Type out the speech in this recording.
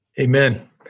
Amen